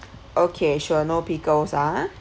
okay sure no pickles a'ah